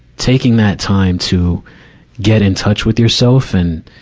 taking that time to get in touch with yourself and,